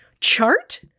chart